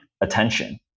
Attention